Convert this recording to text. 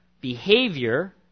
Behavior